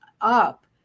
up